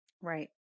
Right